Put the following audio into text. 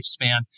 lifespan